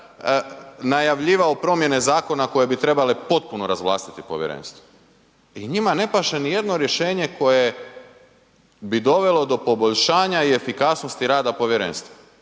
najavljivao promjene zakona koje bi trebale potpuno razvlastiti povjerenstvo. I njima ne paše ni jedno rješenje koje bi dovelo do poboljšanja i efikasnosti rada povjerenstva.